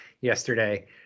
yesterday